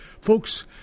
folks